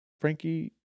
Frankie